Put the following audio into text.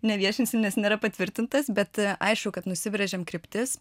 neviešinsim nes nėra patvirtintas bet aišku kad nusibrėžėm kryptis